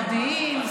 מודיעין,